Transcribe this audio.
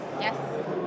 Yes